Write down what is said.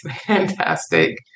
fantastic